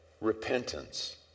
repentance